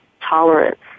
tolerance